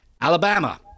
Alabama